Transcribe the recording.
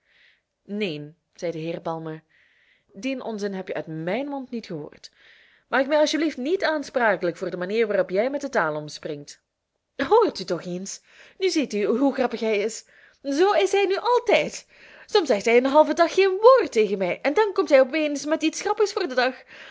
neen zei de heer palmer dien onzin heb je uit mijn mond niet gehoord maak mij alsjeblieft niet aansprakelijk voor de manier waarop jij met de taal omspringt hoort u toch eens nu ziet u hoe grappig hij is zoo is hij nu altijd soms zegt hij een halven dag geen woord tegen mij en dan komt hij op eens met iets grappigs voor den dag het